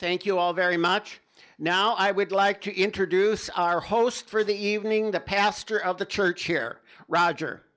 thank you all very much now i would like to introduce our host for the evening the pastor of the church here roger